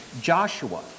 Joshua